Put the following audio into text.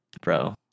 Bro